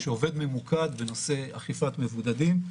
שעובד ממוקד בנושא אכיפת מבודדים.